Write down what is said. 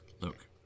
look